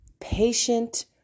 Patient